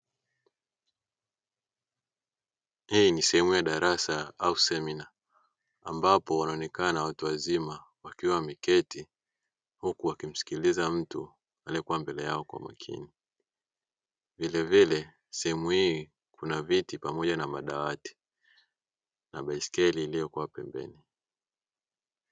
Hii ni sehemu ya darasa au semina, ambapo wanaonekana watu wazima wakiwa wameketi huku wakimsikiliza mtu aliyekua mbele yao kwa makini. Vilevile sehemu hii kuna viti pamoja na madawati na baiskeli iliyokua pembeni.